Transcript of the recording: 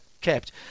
kept